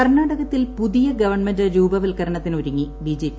കർണാടകത്തിൽ പുതിയ ഗവൺമെന്റ് രൂപവൽക്കരണത്തിന് ഒരുങ്ങി ബി ജെ പി